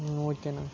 ஓகேண்ணா